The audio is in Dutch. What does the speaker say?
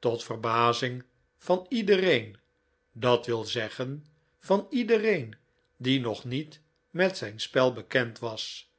tot verbazing van iedereen dat wil zeggen van iedereen die nog niet met zijn spel bekend was